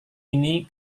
ini